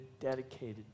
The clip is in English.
dedicated